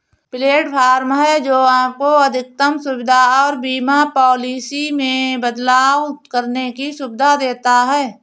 platform है, जो आपको अधिकतम सुविधा और बीमा पॉलिसी में बदलाव करने की सुविधा देता है